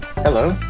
Hello